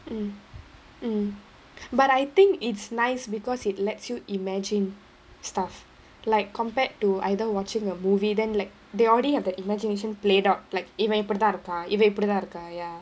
mm mm but I think it's nice because it lets you imagine stuff like compared to either watching a movie then like they already have the imagination played out like இவன் இப்பிடிதா இருக்கான் இவன் இப்பிடிதா இருக்கான்:ivan ippidithaa irukkaan ivan ippidithaa irukkaan ya